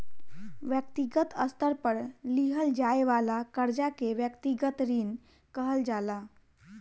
व्यक्तिगत स्तर पर लिहल जाये वाला कर्जा के व्यक्तिगत ऋण कहल जाला